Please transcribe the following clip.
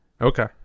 okay